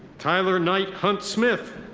tyler knight hunt-smith.